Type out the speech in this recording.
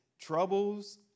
troubles